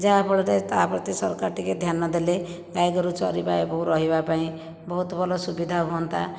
ଯାହାଫଳରେ ତା' ପ୍ରତି ସରକାର ଟିକିଏ ଧ୍ୟାନ ଦେଲେ ଗାଈଗୋରୁ ଚରିବା ଏବଂ ରହିବା ପାଇଁ ବହୁତ ଭଲ ସୁବିଧା ହୁଅନ୍ତା